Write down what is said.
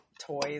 toys